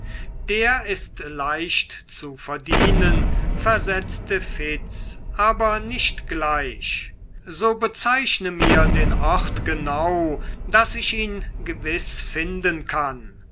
der ist leicht zu verdienen versetzte fitz aber nicht gleich so bezeichne mir den ort genau daß ich ihn gewiß finden kann